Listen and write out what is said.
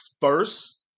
first